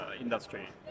industry